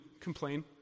Complain